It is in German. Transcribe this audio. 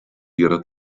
ihrer